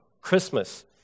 Christmas